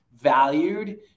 valued